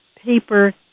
paper